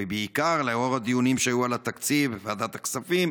ובעיקר לאור הדיונים שהיו על התקציב בוועדת הכספים,